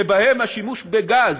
שבהן השימוש בגז